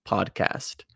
Podcast